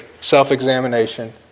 self-examination